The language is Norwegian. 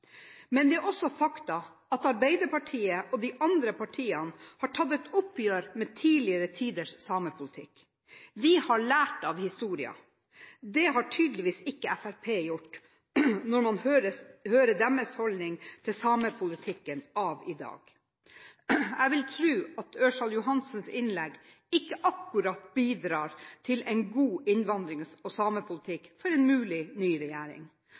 Men det er også fakta at Arbeiderpartiet og de andre partiene har tatt et oppgjør med tidligere tiders samepolitikk. Vi har lært av historien. Det har tydeligvis ikke Fremskrittspartiet gjort, når man hører deres holdning til samepolitikken av i dag. Jeg vil tro at Ørsal Johansens innlegg ikke akkurat bidrar til en god innvandrings- og samepolitikk for en mulig ny regjering.